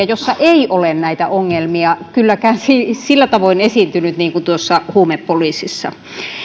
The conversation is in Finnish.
jossa ei ole näitä ongelmia kylläkään sillä tavoin esiintynyt kuin huumepoliisissa